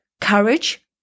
Courage